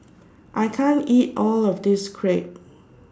I can't eat All of This Crepe